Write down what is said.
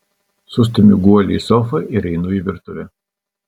sustumiu guolį į sofą ir einu į virtuvę